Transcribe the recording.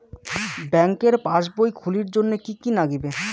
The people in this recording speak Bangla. ব্যাঙ্কের পাসবই খুলির জন্যে কি কি নাগিবে?